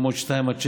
רמות 2 6,